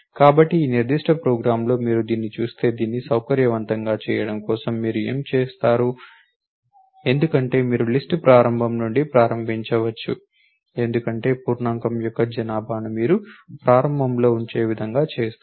కాబట్టి ఈ నిర్దిష్ట ప్రోగ్రామ్లో మీరు దీన్ని చూస్తే దీన్ని సౌకర్యవంతంగా చేయడం కోసం ఏమి చేస్తారు ఎందుకంటే మీరు లిస్ట్ ప్రారంభం నుండి ప్రారంభించవచ్చు ఎందుకంటే పూర్ణాంకం యొక్క పాపులేషన్ మీరు ప్రారంభంలో ఉంచే విధంగా చేస్తారు